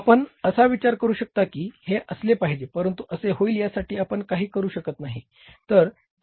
आपण असा विचार करू शकता की हे असले पाहिजे परंतु असे होईल यासाठी आपण काही करू शकत नाही